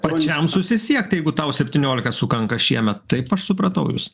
pačiam susisiekt jeigu tau septyniolika sukanka šiemet taip aš supratau jus